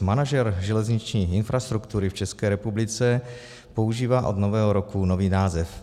Manažer železniční infrastruktury v České republice používá od nového roku nový název.